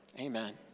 Amen